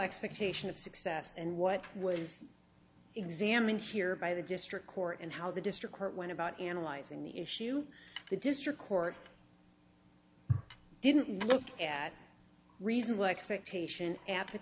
expectation of success and what was examined here by the district court and how the district court went about analyzing the issue the district court didn't look at reasonable expectation at